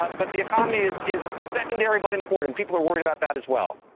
but the economy is is secondary but important. people are worried about that as well.